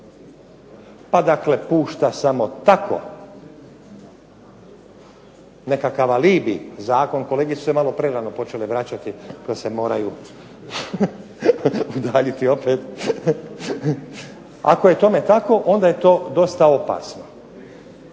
pa dakle pušta samo tako nekakav alibi zakon, kolege su se malo prerano počele vraćati pa se moraju udaljiti opet. Ako je tome tako onda je to dosta opasno.